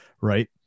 right